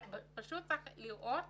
פשוט צריך לראות